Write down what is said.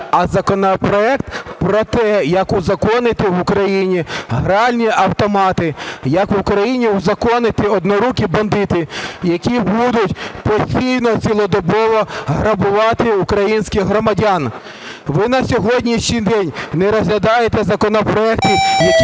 а законопроект про те, як узаконити в Україні гральні автомати, як в Україні узаконити "одноруких бандитів", які будуть постійно цілодобово грабувати українських громадян. Ви на сьогоднішній день не розглядаєте законопроекти, які